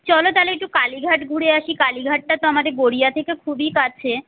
চলো তাহলে একটু কালীঘাট ঘুরে আসি কালীঘাটটা তো আমাদের গড়িয়া থেকে খুবই কাছে